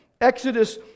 Exodus